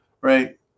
right